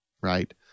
right